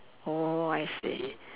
oh I see